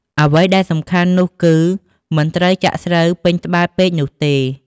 អ្វីដែលសំខាន់នោះគឺមិនត្រូវចាក់ស្រូវពេញត្បាល់ពេកនោះទេ។